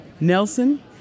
Nelson